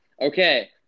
Okay